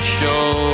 show